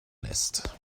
lässt